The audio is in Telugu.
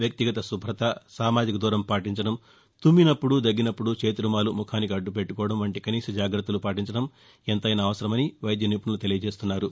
వ్యక్తిగత శుభ్రత సామాజిక దూరం పాటించడం తుమ్మినప్పుడు దగ్గినప్పుడు చేతి రుమాలు ముఖానికి అద్దుపెట్టుకోవడం వంటి కనీస జాగ్రత్తలు పాటించడం ఎంతైనా అవసరమని వైద్య నిపుణులు తెలియజేస్తున్నారు